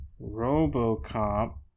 RoboCop